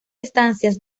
estancias